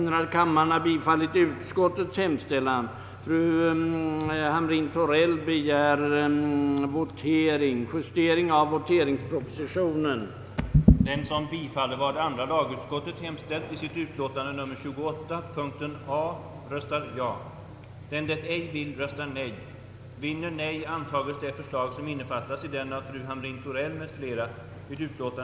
Det utmärkande för våra frihetsbegrepp är just att de skall vara generösa. Det är helt enkelt inte möjligt att dra upp gränser för de olika friheterna alltefter vissa organisationers eller människors ideologiska uppfattning.